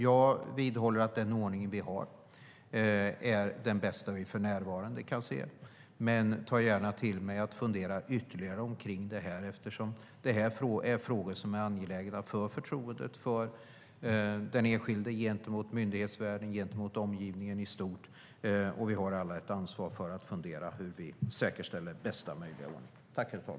Jag vidhåller att den ordning vi har är den bästa vi för närvarande kan se, men tar gärna på mig att fundera ytterligare omkring det här, eftersom detta är frågor som är angelägna för förtroendet hos den enskilde gentemot myndighetsvärlden och omgivningen i stort. Vi har alla ett ansvar för att fundera på hur vi säkerställer bästa möjliga ordning.